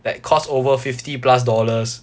that cost over fifty plus dollars